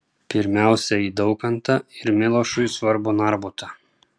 pirmiausia į daukantą ir milošui svarbų narbutą